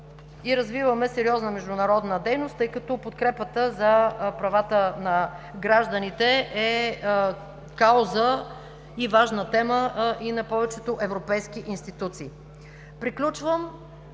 развиваме сериозна международна дейност, тъй като подкрепата за правата на гражданите е кауза и важна тема и на повечето европейски институции.